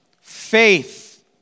faith